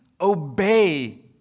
obey